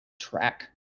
track